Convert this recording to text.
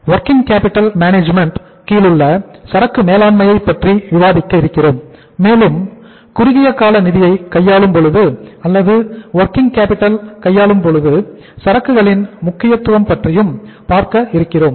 working capital management கையாளும் பொழுது சரக்குகளின் முக்கியத்துவம் பற்றியும் பார்க்க இருக்கிறோம்